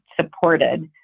supported